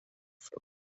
from